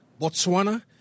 Botswana